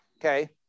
okay